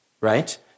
right